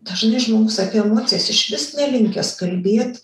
dažnai žmogus apie emocijas išvis nelinkęs kalbėt